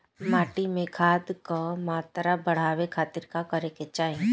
माटी में खाद क मात्रा बढ़ावे खातिर का करे के चाहीं?